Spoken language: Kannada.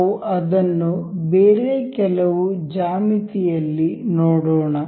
ನಾವು ಅದನ್ನು ಬೇರೆ ಕೆಲವು ಜ್ಯಾಮಿತಿಯಲ್ಲಿ ನೋಡೋಣ